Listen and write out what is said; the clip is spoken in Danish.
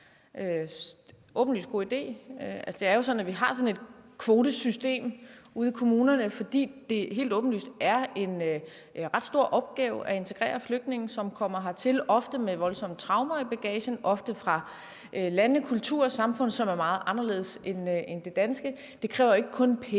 åbenlyst god idé. Det er jo sådan, at vi har et kvotesystem ude i kommunerne, fordi det helt åbenlyst er en ret stor opgave at integrere flygtninge, som kommer hertil, ofte med voldsomme traumer i bagagen, ofte fra lande, kulturer og samfund, som er meget anderledes end det danske. Det kræver ikke kun penge,